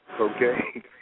okay